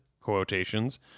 quotations